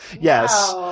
Yes